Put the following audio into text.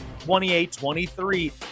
28-23